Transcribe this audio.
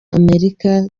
amerika